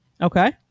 Okay